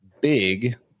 big